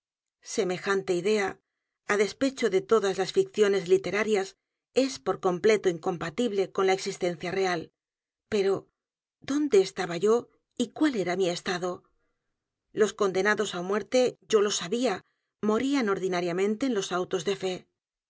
semejante idea á despecho de todas las ficciones literarias es por completo incompatible con la existencia r e a l pero dónde estaba yo y cuál era mi estado los condenados á muerte yo lo sabía morían ordinariamente en los autos de fe